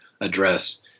address